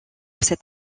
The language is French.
cet